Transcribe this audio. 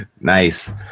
Nice